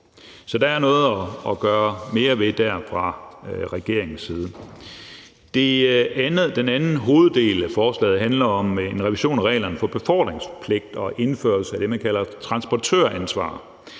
Så der er noget at gøre noget mere ved dér fra regeringens side. Den anden hoveddel af forslaget handler om en revision af reglerne for befordringspligt og en indførelse af det, man kalder transportøransvar.